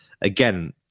again